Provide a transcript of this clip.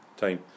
time